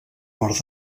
nord